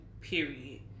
Period